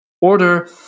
order